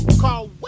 Call